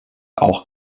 auch